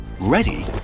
Ready